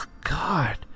God